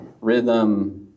rhythm